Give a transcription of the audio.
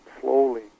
slowly